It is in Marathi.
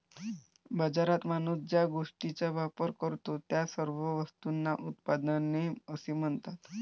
बाजारात माणूस ज्या गोष्टींचा वापर करतो, त्या सर्व वस्तूंना उत्पादने असे म्हणतात